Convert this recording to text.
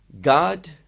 god